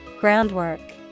Groundwork